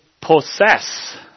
possess